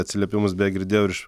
atsiliepimus beje girdėjau ir iš